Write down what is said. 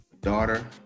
daughter